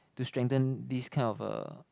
to strengthen this kind of uh